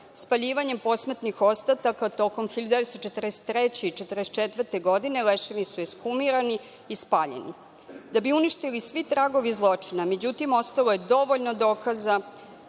spaljivanjem posmrtnih ostataka tokom 1943. godine i 1944. godine. Leševi su ekshumirani i spaljeni, da bi uništili sve tragove zločina. Međutim, ostalo je dovoljno dokaza